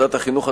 ועדת החינוך,